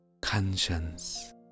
Conscience